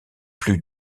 plus